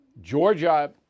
Georgia